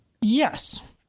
Yes